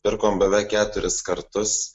pirkom beveik keturis kartus